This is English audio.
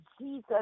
Jesus